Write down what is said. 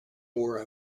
wore